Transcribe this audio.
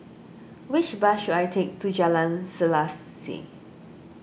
which bus should I take to Jalan Selaseh